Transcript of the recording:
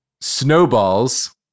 Snowballs